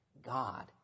God